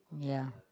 yeah